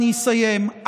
אני אסיים,